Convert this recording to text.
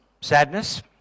sadness